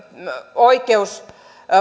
oikeutta